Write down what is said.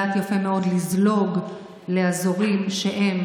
הן יודעות יפה מאוד לזלוג לאזורים שהם,